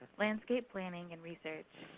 landscape planning, and research.